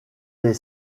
des